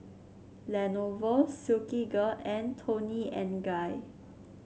Lenovo Silkygirl and Toni and Guy